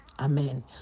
Amen